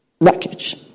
wreckage